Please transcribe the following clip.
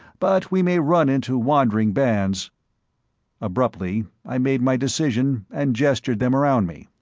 but we may run into wandering bands abruptly i made my decision and gestured them around me.